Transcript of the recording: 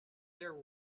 their